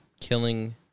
killing